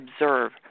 observe